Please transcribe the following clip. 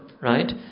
right